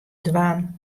dwaan